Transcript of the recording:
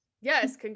yes